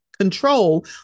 control